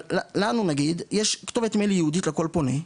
לנו נגיד יש כתובת מייל ייעודית לכל פונה.